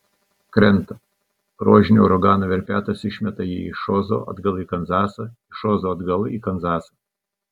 krenta rožinio uragano verpetas išmeta jį iš ozo atgal į kanzasą iš ozo atgal į kanzasą